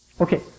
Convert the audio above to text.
Okay